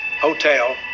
hotel